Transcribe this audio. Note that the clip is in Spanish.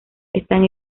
están